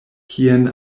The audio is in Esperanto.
kien